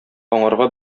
аңарга